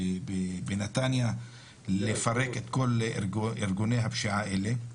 בנתניה לפרק את כל ארגוני הפשיעה האלה.